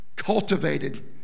cultivated